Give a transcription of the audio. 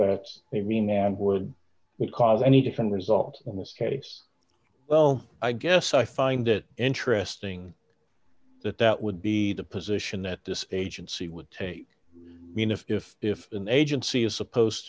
that they mean and would cause any different result in this case well i guess i find it interesting that that would be the position that this agency would take mean if if if an agency is supposed